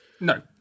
No